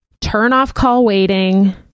turn-off-call-waiting